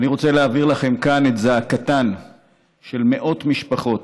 אני רוצה להעביר לכם כאן את זעקתם של מאות משפחות